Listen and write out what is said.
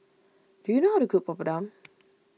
do you know how to cook Papadum